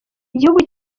igihugu